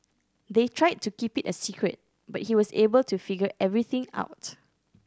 they tried to keep it a secret but he was able to figure everything out